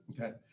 Okay